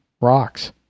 Rocks